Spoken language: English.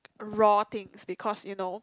raw things because you know